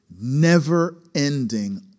never-ending